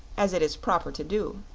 as it is proper to do.